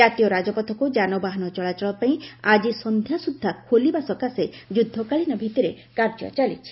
ଜାତୀୟ ରାଜପଥକୁ ଯାନବାହାନ ଚଳାଚଳ ପାଇଁ ଆଜି ସନ୍ଧ୍ୟା ସୁଦ୍ଧା ଖୋଲିବା ସକାଶେ ଯୁଦ୍ଧକାଳୀନ ଭିତ୍ତିରେ କାର୍ଯ୍ୟ ଚାଲିଛି